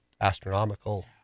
astronomical